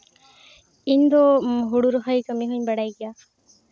ᱤᱧᱫᱚ ᱦᱩᱲᱩ ᱨᱚᱦᱚᱭ ᱠᱟᱹᱢᱤ ᱦᱚᱧ ᱵᱟᱲᱟᱭ ᱜᱮᱭᱟ